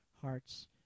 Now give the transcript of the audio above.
hearts